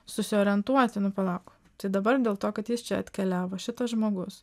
susiorientuoti nu palauk tai dabar dėl to kad jis čia atkeliavo šitas žmogus